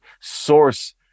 source